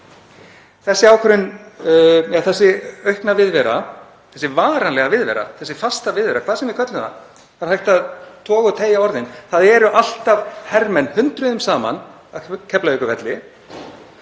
Þessi aukna viðvera, þessi varanlega viðvera, þessi fasta viðvera, hvað sem við köllum það, það er hægt að toga og teygja orðin, þýðir að það eru alltaf hermenn hundruðum saman á Keflavíkurvelli